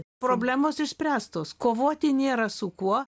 problemos išspręstos kovoti nėra su kuo